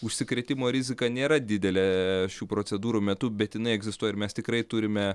užsikrėtimo rizika nėra didelė šių procedūrų metu bet jinai egzistuoja ir mes tikrai turime